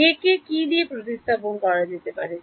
J কে কি দিয়ে প্রতিস্থাপন করা যেতে পারে